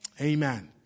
Amen